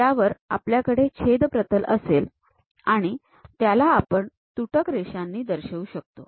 पण या सेक्शन वर जेव्हा आपण ते अंमलात आणू तेव्ह समोरील व्ह्यू तसेच समोरील सेक्शनल व्ह्यू मध्ये आतील भागात तुटक रेखा आपण दाखवू नयेत